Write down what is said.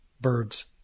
birds